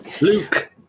Luke